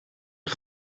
een